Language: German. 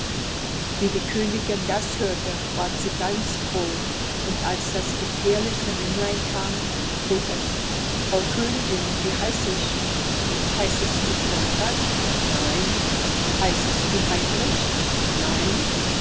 wie die königin das hörte ward sie ganz froh und als das gefährliche männlein kam frug es frau königin wie heiß ich heißest du conrad nein heißest du heinrich nein